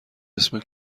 اسم